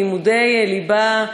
לימודי ליבה,